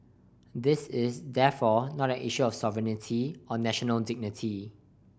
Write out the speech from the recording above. this is therefore not an issue of sovereignty or national dignity